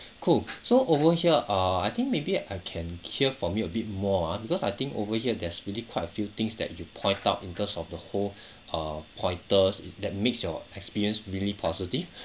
cool so over here uh I think maybe I can hear for me a bit more ah because I think over here there's really quite a few things that you point out in terms of the whole uh pointers that makes your experience really positive